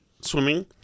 swimming